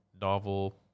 novel